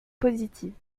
positives